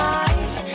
eyes